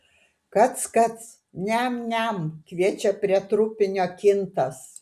kac kac niam niam kviečia prie trupinio kintas